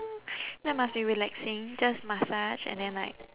that must be relaxing just massage and then like